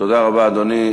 תודה רבה, אדוני.